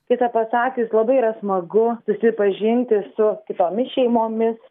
tiesą pasakius labai yra smagu susipažinti su kitomis šeimomis